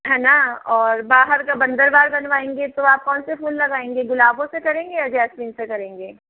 है ना और बाहर का बंदर बार बनवाएंगे तो आप कौन से फूल लगाएगे गुलाबों से करेंगे या जैस्मिन से करेंगे